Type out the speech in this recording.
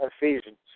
Ephesians